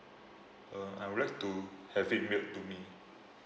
uh I would like to have it mailed to me